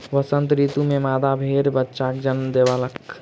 वसंत ऋतू में मादा भेड़ बच्चाक जन्म देलक